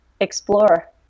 explore